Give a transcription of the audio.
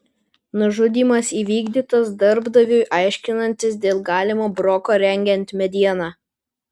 nužudymas įvykdytas darbdaviui aiškinantis dėl galimo broko rengiant medieną